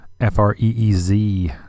f-r-e-e-z